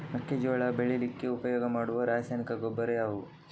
ಮೆಕ್ಕೆಜೋಳ ಬೆಳೀಲಿಕ್ಕೆ ಉಪಯೋಗ ಮಾಡುವ ರಾಸಾಯನಿಕ ಗೊಬ್ಬರ ಯಾವುದು?